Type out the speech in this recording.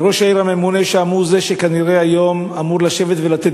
וראש העיר הממונה שם הוא שכנראה היום אמור לשבת ולתת